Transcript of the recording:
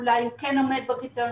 אולי הוא כן עומד בקריטריונים,